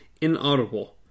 inaudible